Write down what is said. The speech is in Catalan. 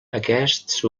aquests